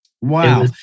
Wow